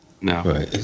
No